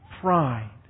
pride